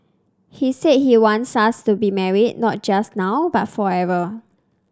he said he wants us to be married not just now but forever